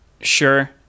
sure